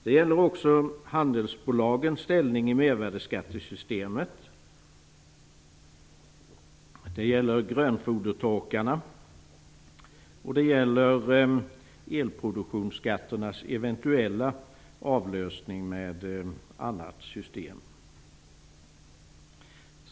Det gäller handelsbolagens ställning i mervärdesskattesystemet, och det gäller grönfodertorkarna. Det gäller också elproduktionsskatternas eventuella avlösning med annat system.